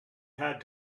had